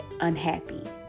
unhappy